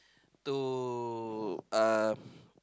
to uh